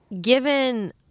given